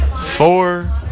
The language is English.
four